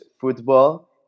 Football